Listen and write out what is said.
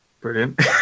brilliant